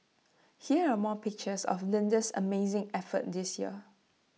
here are more pictures of Linda's amazing effort this year